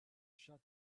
shut